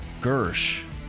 Gersh